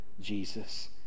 Jesus